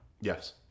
Yes